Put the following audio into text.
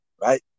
Right